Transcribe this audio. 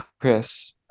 chris